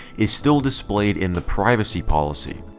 is still displayed in the privacy policy.